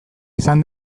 izan